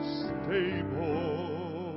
stable